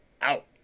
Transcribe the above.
out